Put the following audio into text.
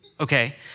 okay